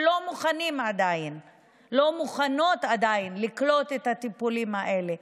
שלא היו מוכנות עדיין לקלוט את הטיפולים האלה.